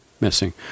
missing